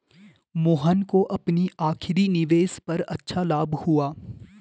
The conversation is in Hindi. मोहन को अपनी आखिरी निवेश पर अच्छा लाभ हुआ